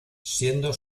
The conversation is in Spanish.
siendo